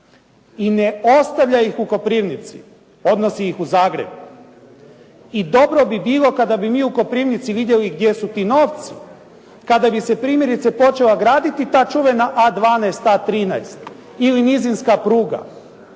I ne ostavlja ih u Koprivnici, odnosi ih u Zagreb. I dobro bi bilo kada bi mi u Koprivnici vidjeli gdje su ti novci, kada bi se primjerice počela graditi ta čuvena A12, A13 ili nizinska pruga.